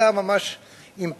אלא היא היתה ממש עם פרטים,